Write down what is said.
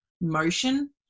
motion